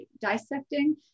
dissecting